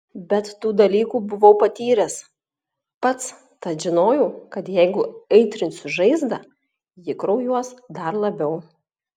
bet tų dalykų buvau patyręs pats tad žinojau kad jeigu aitrinsi žaizdą ji kraujuos dar labiau